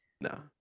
no